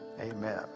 Amen